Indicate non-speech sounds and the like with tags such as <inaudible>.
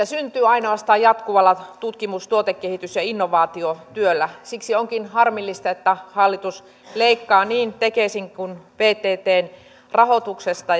<unintelligible> syntyy ainoastaan jatkuvalla tutkimus tuotekehitys ja innovaatiotyöllä siksi onkin harmillista että hallitus leikkaa niin tekesin kuin vttn rahoituksesta <unintelligible>